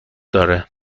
داره